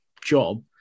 job